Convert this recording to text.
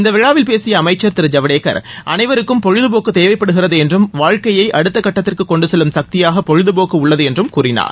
இந்த விழாவில் பேசிய அமைச்சர் திரு ஜவடேகர் அனைவருக்கும் பொழுதபோக்கு தேவைப்படுகிறது என்றும் வாழ்க்கையை அடுத்த கட்டத்திற்கு கொண்டு செல்லும் சக்தியாக பொழுதுபோக்கு உள்ளது என்றும் கூறினார்